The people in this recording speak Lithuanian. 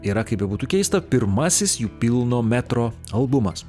yra kaip bebūtų keista pirmasis jų pilno metro albumas